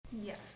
Yes